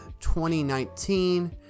2019